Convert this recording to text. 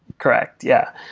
correct. yeah.